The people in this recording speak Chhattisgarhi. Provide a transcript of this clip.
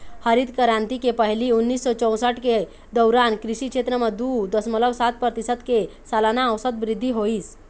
हरित करांति के पहिली उन्नीस सौ चउसठ के दउरान कृषि छेत्र म दू दसमलव सात परतिसत के सलाना अउसत बृद्धि होइस